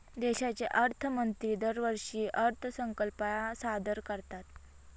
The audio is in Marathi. देशाचे अर्थमंत्री दरवर्षी अर्थसंकल्प सादर करतात